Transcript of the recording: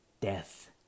death